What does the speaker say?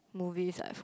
movies I've